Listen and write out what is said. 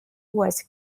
was